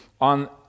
on